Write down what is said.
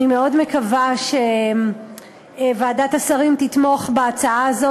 אני מאוד מקווה שוועדת השרים תתמוך בהצעה הזאת.